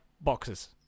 boxes